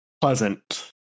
pleasant